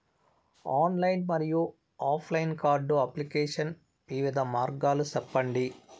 Online మరియు offline card application వివిధ మార్గాలు సెప్పండి?